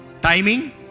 Timing